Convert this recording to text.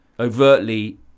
Overtly